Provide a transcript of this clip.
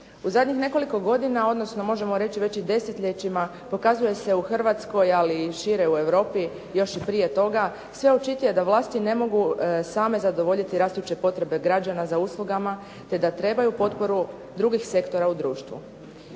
U zadnjih nekoliko godina odnosno možemo reći već i desetljećima pokazuje se u Hrvatskoj, ali i šire u Europi, još i prije toga, sve očitije da vlasti ne mogu same zadovoljiti rastuće potrebe građana za uslugama te da trebaju potporu drugih sektora u društvu.